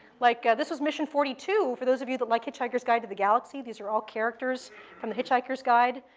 like yeah this was mission forty two, for those of you that like hitchhiker's guide to the galaxy. these are all characters from the hitchhiker's guide.